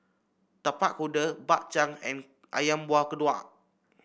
Tapak Kuda Bak Chang and ayam Buah Keluak